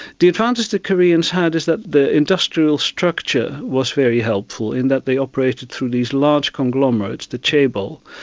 the advantage the koreans had is that the industrial structure was very helpful in that they operated through these large conglomerates, the chaebol,